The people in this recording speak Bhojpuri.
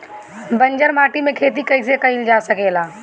बंजर माटी में खेती कईसे कईल जा सकेला?